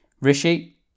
Rishi